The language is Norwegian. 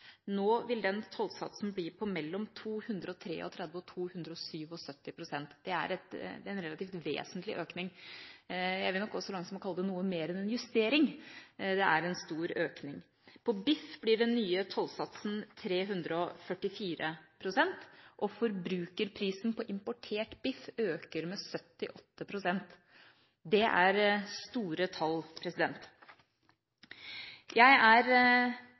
Nå vil den tollsatsen bli på mellom 233 og 277 pst. Det er en relativt vesentlig økning. Jeg vil nok gå så langt som å kalle det mer enn en justering, det er en stor økning. På biff blir den nye tollsatsen 344 pst., og forbrukerprisen på importert biff øker med 78 pst. Det er store tall. Jeg er